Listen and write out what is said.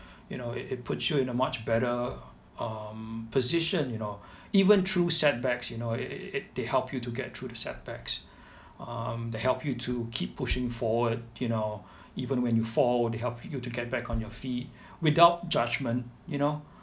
you know it it put you in a much better um position you know even through setbacks you know it it it it they help you to get through the setbacks um they help you to keep pushing forward you know even when you fall they help you to get back on your feet without judgement you know